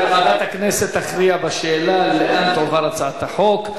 ועדת הכנסת תכריע בשאלה לאן תועבר הצעת החוק.